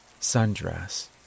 sundress